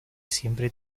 siempre